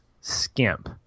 skimp